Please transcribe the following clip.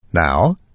Now